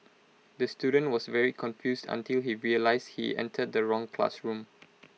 the student was very confused until he realised he entered the wrong classroom